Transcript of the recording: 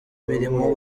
mirimo